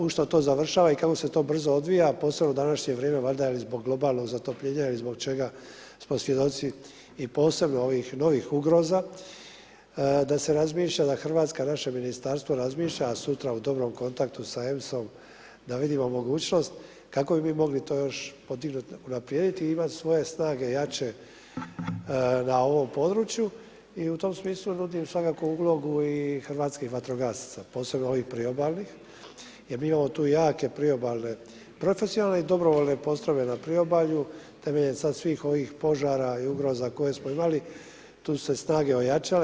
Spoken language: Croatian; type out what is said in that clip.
U što to završava i kako se to brzo odvija, posebno u današnje vrijeme valjda i zbog globalnog zatopljenja ili zbog čega smo svjedoci i posebno ovih novih ugroza da se razmišlja da Hrvatska naše Ministarstvo razmišlja, a sutra u dobrom kontaktu sa EMSA-om da vidimo mogućnost kako bi mi mogli to još podignut i unaprijediti i imati svoje snage jače na ovom području i u tom smislu nudim svakako ulogu i hrvatskih vatrogasaca, posebno ovih priobalnih jer mi imamo tu jake priobalne profesionalne i dobrovoljne postrojbe na priobalju temeljem sad svih ovih požara i ugroza koje smo imali, tu su se snage ojačale.